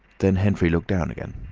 then henfrey looked down again.